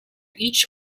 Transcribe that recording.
each